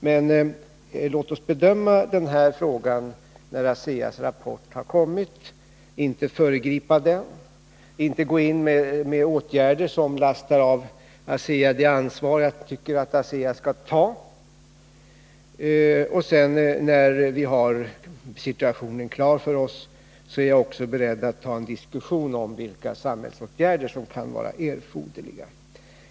Men låt oss bedöma denna fråga när ASEA:s rapport har kommit och inte föregripa den, inte gå in med åtgärder som lastar av ASEA det ansvar som jag tycker att ASEA skall ta. När vi har situationen klar för oss, är jag också beredd att ta en diskussion om vilka samhällsåtgärder som kan vara erforderliga.